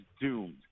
doomed